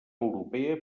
europea